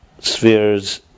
spheres